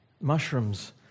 Mushrooms